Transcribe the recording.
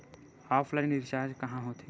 Offline recharge कहां होथे?